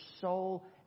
soul